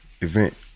event